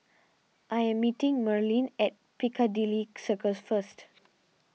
I am meeting Merlene at Piccadilly Circus first